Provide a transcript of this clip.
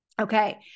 okay